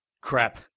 Crap